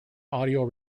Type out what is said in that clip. audio